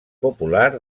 popular